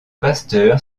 pasteur